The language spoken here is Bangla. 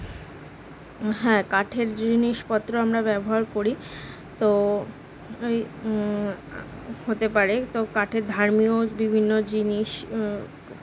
হ্যাঁ কাঠের জিনিসপত্র আমরা ব্যবহার করি তো এই হতে পারে তো কাঠের ধর্মীয় বিভিন্ন জিনিস